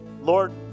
Lord